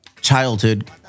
childhood